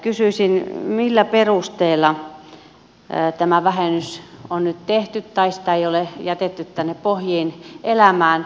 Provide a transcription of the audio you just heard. kysyisin millä perusteella tämä vähennys on nyt tehty tai sitä ei ole jätetty pohjiin elämään